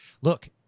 look